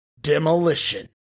Demolition